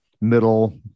middle